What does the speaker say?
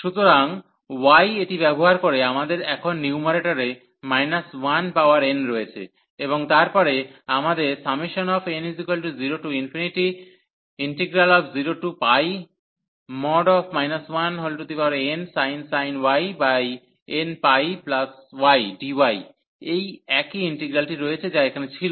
সুতরাং y এটি ব্যবহার করে আমাদের এখন নিউম্যারেটরে 1 পাওয়ার n রয়েছে এবং তারপরে আমাদের n00 1nsin y nπydy এই একই ইন্টিগ্রালটি রয়েছে যা এখানে ছিল